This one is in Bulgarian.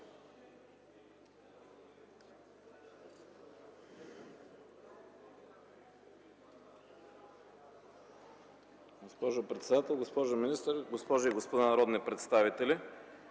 Господин председател, госпожо министър, госпожи и господа народни представители!